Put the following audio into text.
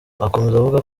avuga